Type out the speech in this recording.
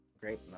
Great